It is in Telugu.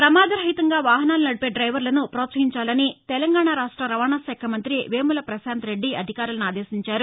ప్రమాద రహితంగా వాహనాలు నదిపే ద్రెవర్లను ప్రోత్సహించాలని తెలంగాణా రాష్ట్ర రవాణాశాఖ మంతి వేముల ప్రశాంత్రెద్ది అధికారులను అదేశించారు